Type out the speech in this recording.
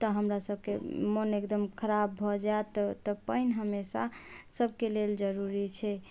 तऽ हमरा सबके मन एकदम खराब भऽ जायत तऽ पानि हमेशा सबके लेल जरूरी छै